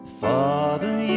Father